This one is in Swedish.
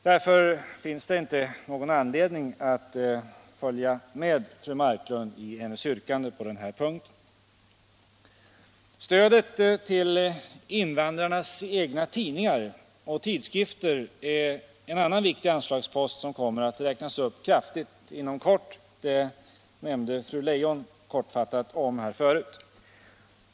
Därför finns det inte någon anledning att följa fru Marklund i hennes yrkande på den här punkten. Stödet till invandrarnas egna tidningar och tidskrifter är en annan viktig anslagspost som kommer att räknas upp kraftigt inom kort. Det nämnde fru Leijon kortfattat i sitt anförande.